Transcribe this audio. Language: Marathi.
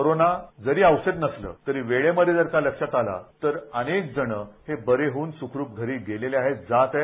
कोरोनावर जरी औषध नसलं तरी वेळेत जर का लक्षात आलं तर अनेक जण हे बरे होऊन सुखरुप घरी गेलेले आहेत जात आहेत